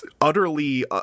utterly